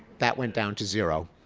that went down to zero.